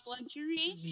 Luxury